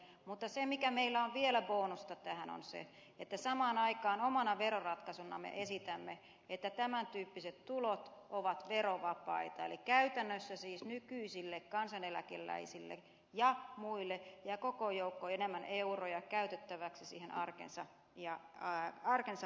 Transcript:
mutta se mikä meillä on vielä bonusta tähän on se että samaan aikaan omana veroratkaisunamme esitämme että tämän tyyppiset tulot ovat verovapaita eli käytännössä siis nykyisille kansaneläkeläisille ja muille jää koko joukko enemmän euroja käytettäväksi arkensa parantamiseen